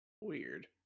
Weird